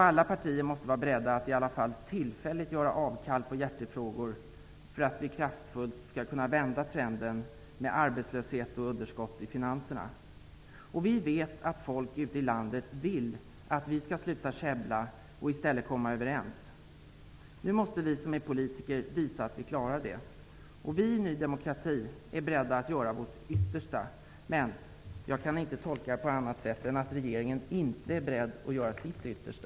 Alla partier måste vara beredda att i alla fall tillfälligt göra avkall på hjärtefrågor för att vi kraftfullt skall kunna vända trenden med arbetslöshet och underskott i finanserna. Vi vet att folk ute i landet vill att vi skall sluta käbbla och i stället komma överens. Nu måste vi som är politiker visa att vi klarar det. Vi i Ny demokrati är beredda att göra vårt yttersta, men jag kan inte tolka finansministern på annat sätt än att regeringen inte är beredd att göra sitt yttersta.